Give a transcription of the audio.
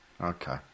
Okay